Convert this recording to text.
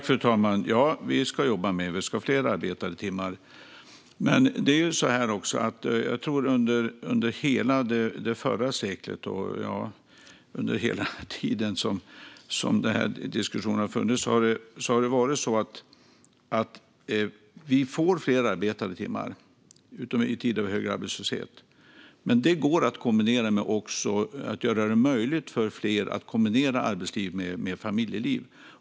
Fru talman! Ja, vi ska jobba mer. Vi ska ha fler arbetade timmar. Under hela förra seklet och hela tiden den här diskussionen har funnits har vi också, utom i tider med hög arbetslöshet, fått fler arbetade timmar. Det går även att göra det möjligt för fler att kombinera yrkesliv med familjeliv.